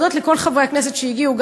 להודות לכל חברי הכנסת שהגיעו,